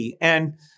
And-